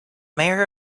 mayor